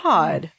God